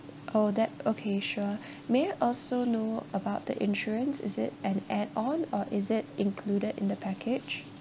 oh that okay sure may I also know about the insurance is it an add on or is it included in the package